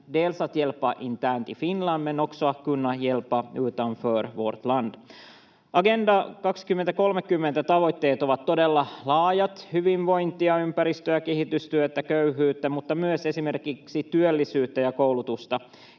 dels att hjälpa internt i Finland men också att kunna hjälpa utanför vårt land. Agenda 2030 ‑tavoitteet ovat todella laajat: hyvinvointia, ympäristöä, kehitystyötä, köyhyyttä mutta myös esimerkiksi työllisyyttä ja koulutusta.